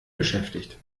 beschäftigt